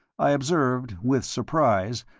i observed, with surprise,